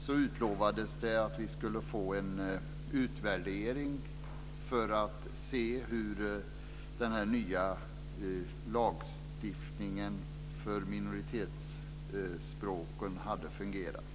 Då utlovades att vi skulle få en utvärdering för att se hur den nya lagstiftningen för minoritetsspråken hade fungerat.